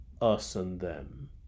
us-and-them